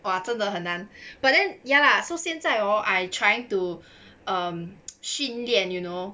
!wah! 真的很难 but then ya lah so 现在 hor I trying to um 训练 you know